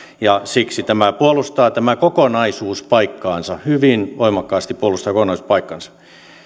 siksi tämä kokonaisuus puolustaa paikkaansa hyvin voimakkaasti puolustaa kokonaisuus paikkaansa